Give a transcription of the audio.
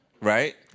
right